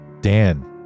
Dan